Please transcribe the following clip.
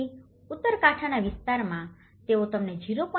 તેથી ઉત્તર કાંઠાના વિસ્તારમાં જેથી તેઓ તમને 0